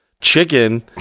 chicken